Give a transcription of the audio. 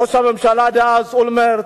ראש הממשלה דאז אולמרט